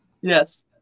Yes